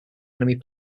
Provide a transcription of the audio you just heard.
enemy